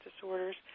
disorders